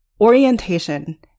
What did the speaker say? orientation